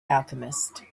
alchemist